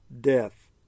death